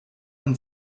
und